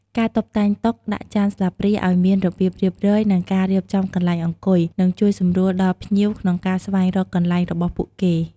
ការតុបតែងតុ ដាក់ចានស្លាបព្រាឲ្យមានរបៀបរៀបរយ និងការរៀបចំកន្លែងអង្គុយ នឹងជួយសម្រួលដល់ភ្ញៀវក្នុងការស្វែងរកកន្លែងរបស់ពួកគេ។